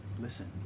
listen